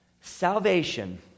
Salvation